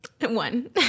one